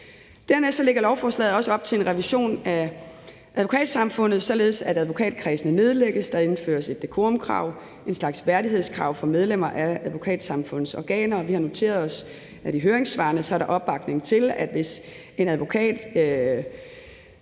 Dernæst lægger lovforslaget også op til en revision af Advokatsamfundet, således at advokatkredsene nedlægges, og der indføres et dekorumkrav, en slags værdighedskrav for medlemmer af Advokatsamfundets organer. Vi har noteret os, at der i høringssvarene er opbakning til, at hvis en advokat